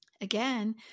again